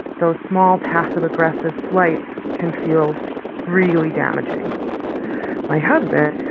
though, small, passive aggressive slights can feel really damaging my husband.